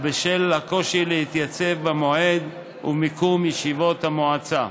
בשל הקושי להתייצב במועד ובמקום של ישיבות המועצה.